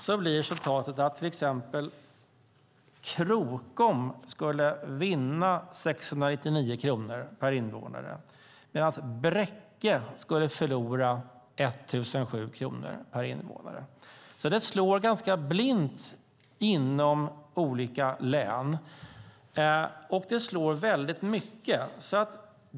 Där blir resultatet att till exempel Krokom skulle vinna 699 kronor per invånare, medan Bräcke skulle förlora 1 007 kronor per invånare. Det slår alltså ganska blint inom olika län, och det slår väldigt mycket.